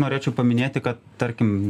norėčiau paminėti kad tarkim